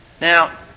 Now